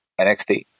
NXT